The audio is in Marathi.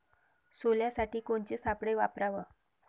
सोल्यासाठी कोनचे सापळे वापराव?